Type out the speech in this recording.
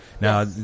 Now